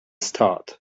start